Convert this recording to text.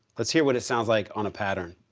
let's hear what it sounds like on a pattern.